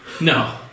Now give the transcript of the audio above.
no